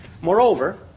Moreover